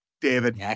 David